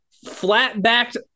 flat-backed